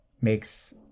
makes